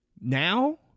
Now